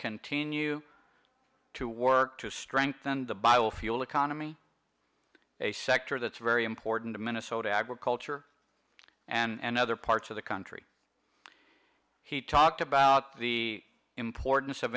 continue to work to strengthen the biofuel economy a sector that's very important to minnesota agriculture and other parts of the country he talked about the importance of